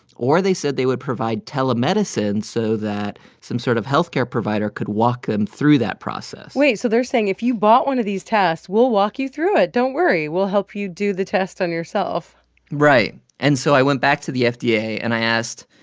or, they said, they would provide telemedicine so that some sort of health care provider could walk them through that process wait. so they're saying if you bought one of these tests, we'll walk you through it. don't worry. we'll help you do the test on yourself right. and so i went back to the fda. and i asked,